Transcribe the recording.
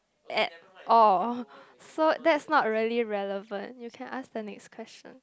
at all so that's not really relevant you can ask the next question